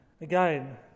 Again